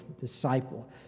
disciple